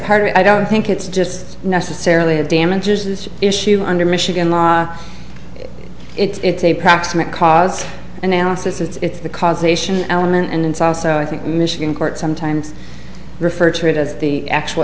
part of it i don't think it's just necessarily a damages issue under michigan law it's a proximate cause analysis it's the causation element and it's also i think michigan courts sometimes refer to it as the actual